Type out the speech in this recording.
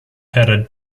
headed